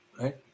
Right